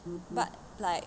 but like